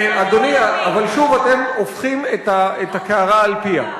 אבל שוב, אתם הופכים את הקערה על פיה.